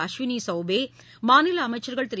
அஸ்விளி சௌபே மாநில அமைச்சர்கள் திரு